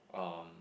um